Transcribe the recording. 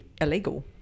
illegal